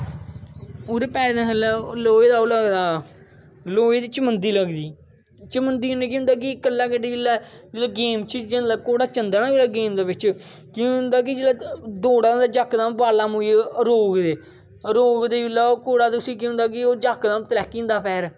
ओहदे पैरें दे थल्ले लोहे दा ओह् लगदा लोहे दी चमड़ी लगदी चम्मदी कन्नै केह् होंदा कि इक जिसलै गेम च घोड़ा जंदा ना कुतै गेम दे बिच कोह् होंदा कि जिसलै दैड़ा दा होंदा जां बाला पाइयै रोकदे रोकदे जिसलै ओह् घोड़ा ते उसी केह् होंदा कि ओह् जकदम तलैह्की जंदा पैर